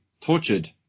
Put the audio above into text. tortured